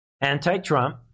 anti-Trump